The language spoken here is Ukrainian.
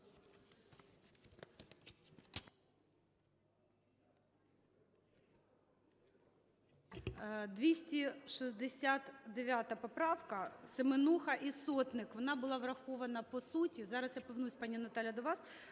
269 поправка, Семенуха і Сотник. Вона була врахована по суті. Зараз я повернуся, пані Наталія, до вас.